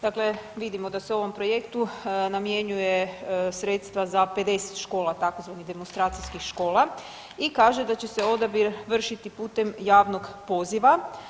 Dakle, vidimo da se ovom projektu namjenjuju sredstva za 50 škola, tzv. demonstracijskih škola i kaže da će se odabir vršiti putem javnog poziva.